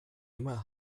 immer